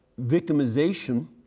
victimization